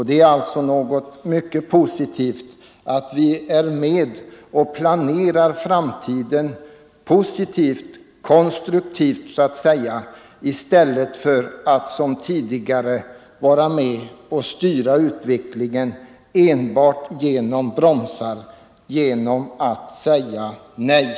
Det är värdefullt att vi är med och planerar framtiden positivt och konstruktivt i stället för att som tidigare vara med och styra utvecklingen enbart genom bromsar, genom att säga nej.